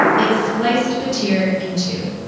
it spliced battir in two.